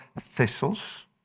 thistles